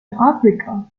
africa